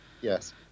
Yes